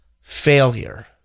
failure